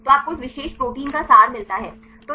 तो आपको उस विशेष प्रोटीन का सार मिलता है